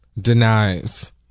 denies